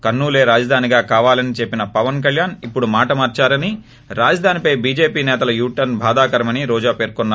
కర్పూలే రాజధానిగా కావాలని చెప్పిన పవన్ కల్యాణ్ ఇప్పుడు మాట మార్పారని రాజధానిపై బీజేపీ నేతల యూటర్ప్ బాధాకరమని రోజా పేర్కొన్నారు